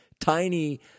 Tiny